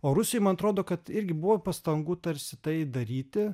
o rusijoj man atrodo kad irgi buvo pastangų tarsi tai daryti